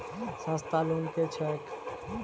सस्ता लोन केँ छैक